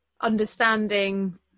understanding